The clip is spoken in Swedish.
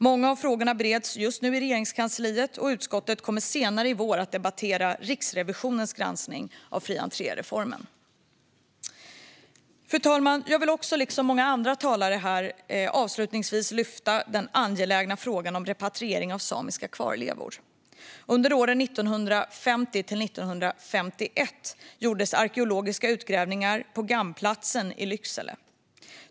Många av frågorna bereds just nu i Regeringskansliet, och utskottet kommer senare i vår att debattera Riksrevisionens granskning av fri-entré-reformen. Fru talman! Jag vill också, liksom många andra talare här, lyfta fram den angelägna frågan om repatriering av samiska kvarlevor. Under åren 1950-1951 gjordes arkeologiska utgrävningar på Gammplatsen i Lycksele.